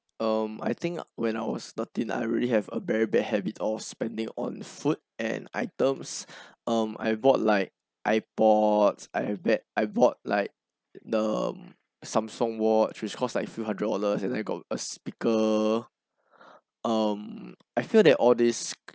um I think when I was thirteen I really have a very bad habit of spending on food and items um I bought like ipods I have bad I bought like the samsung watch which costs like few hundred dollars and I got a speaker um I feel that all this